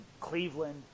Cleveland